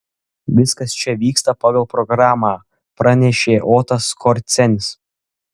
viskas čia vyksta pagal programą pranešė otas skorcenis